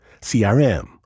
CRM